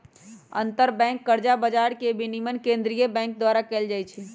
अंतरबैंक कर्जा बजार के विनियमन केंद्रीय बैंक द्वारा कएल जाइ छइ